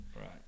Right